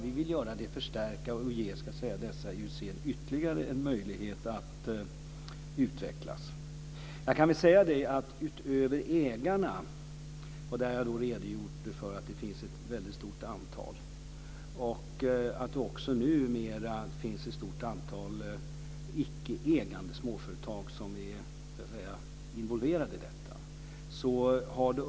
Vi vill förstärka och ge dessa IUC ytterligare möjligheter att utvecklas. Jag har redogjort för att det finns ett stort antal ägare. Utöver ägarna finns det numera ett stort antal icke-ägande småföretag som är involverade.